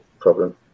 problem